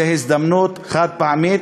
זאת הזדמנות חד-פעמית.